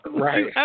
Right